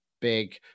big